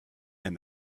and